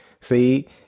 See